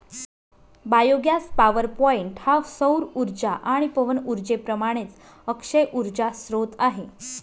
biogas power point हा सौर उर्जा आणि पवन उर्जेप्रमाणेच अक्षय उर्जा स्त्रोत आहे